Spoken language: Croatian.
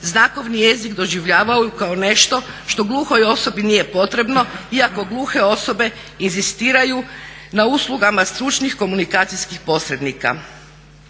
znakovni jezik doživljavaju kao nešto što gluhoj osobni nije potrebno iako gluhe osobe inzistiraju na uslugama stručnih komunikacijskih posrednika.